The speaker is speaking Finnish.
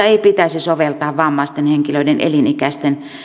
ei pitäisi soveltaa vammaisten henkilöiden